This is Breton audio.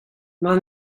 mar